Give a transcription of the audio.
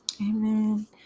Amen